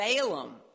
Balaam